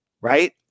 right